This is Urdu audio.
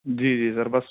جی جی سر بس